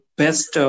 best